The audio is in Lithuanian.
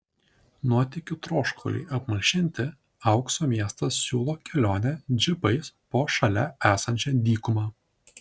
nuotykių troškuliui apmalšinti aukso miestas siūlo kelionę džipais po šalia esančią dykumą